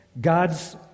God's